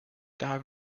daher